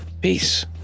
Peace